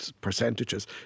percentages